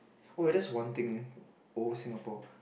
oh that's one thing old Singapore